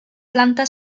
planta